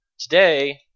today